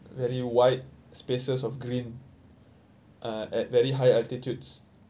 very wide spaces of green uh at very high altitudes